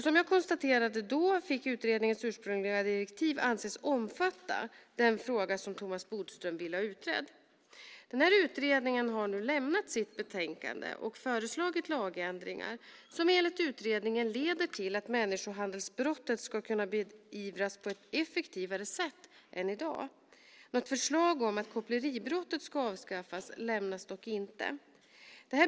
Som jag då konstaterade fick utredningens ursprungliga direktiv anses omfatta den fråga som Thomas Bodström ville ha utredd. Utredningen har nu lämnat sitt betänkande och föreslagit lagändringar som enligt utredningen leder till att människohandelsbrottet ska kunna beivras på ett effektivare sätt än i dag. Något förslag om att koppleribrottet ska avskaffas lämnas inte.